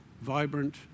vibrant